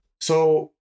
So-